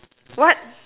what